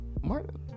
Martin